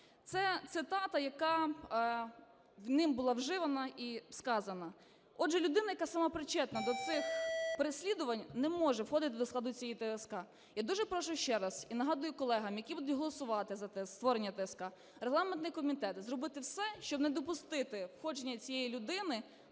Це цитата, яка ним була вживана і сказана. Отже, людина, яка сама причетна до цих переслідувань, не може входити до складу цієї ТСК. Я дуже прошу ще раз і нагадую колегам, які будуть голосувати за створення ТСК, регламентний комітет, зробити все, щоб не допустити входження цієї людини